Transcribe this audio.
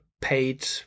paid